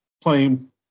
playing